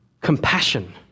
compassion